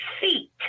feet